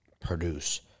produce